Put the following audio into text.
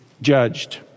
judged